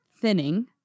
thinning